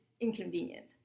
inconvenient